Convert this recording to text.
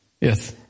Yes